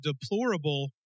deplorable